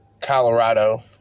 Colorado